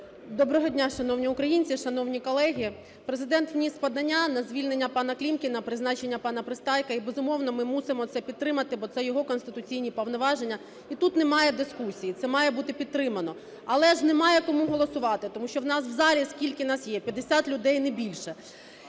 Доброго дня, шановні українці, шановні колеги. Президент вніс подання на звільнення пана Клімкіна, призначення пана Пристайка. І, безумовно, ми мусимо це підтримати, бо це його конституційні повноваження, і тут немає дискусій, це має бути підтримано. Але ж немає кому голосувати, тому що в нас в залі скільки нас є: 50 людей, не більше.